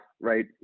right